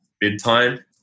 bedtime